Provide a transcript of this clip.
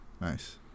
Nice